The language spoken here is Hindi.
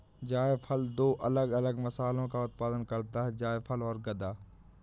जायफल दो अलग अलग मसालों का उत्पादन करता है जायफल और गदा